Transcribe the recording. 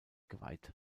geweiht